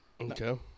Okay